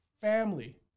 family